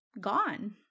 gone